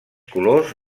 colors